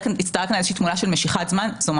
הצטיירה כאן איזושהי תמונה של משיכת זמן אבל